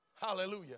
Hallelujah